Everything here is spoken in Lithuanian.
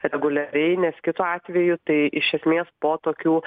reguliariai nes kitu atveju tai iš esmės po tokių